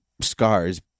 scars